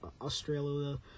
Australia